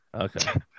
Okay